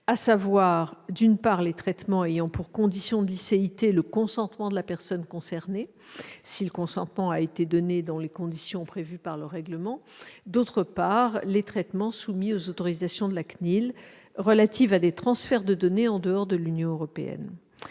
à savoir, d'une part, les traitements ayant pour condition de licéité le consentement de la personne concernée si ce consentement a été donné dans les conditions prévues par le règlement et, d'autre part, les traitements soumis aux autorisations de la CNIL relatives à des transferts de données en dehors de l'Union européenne.